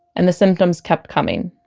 and the symptoms kept coming